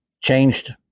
changed